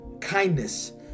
kindness